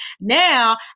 now